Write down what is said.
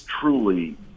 truly